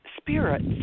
spirits